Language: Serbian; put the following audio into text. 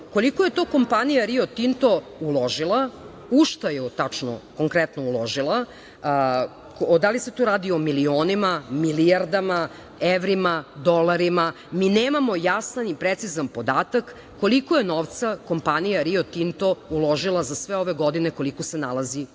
koliko je to kompanija "Rio Tinto" uložila, u šta je konkretno uložila, da li se tu radi o milionima, milijardama, evrima, dolarima, mi nemamo jasan i precizan podatak koliko je novca kompanija "Rio Tinto" uložila za sve ove godine koliko se nalazi u